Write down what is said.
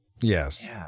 yes